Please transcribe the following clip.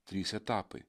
trys etapai